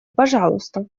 пожалуйста